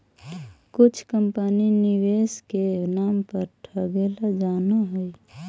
कुछ कंपनी निवेश के नाम पर ठगेला जानऽ हइ